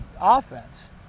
offense